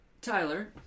Tyler